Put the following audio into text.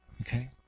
Okay